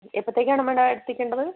എപ്പോഴത്തേക്കാണ് മാഡം എത്തിക്കേണ്ടത്